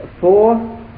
four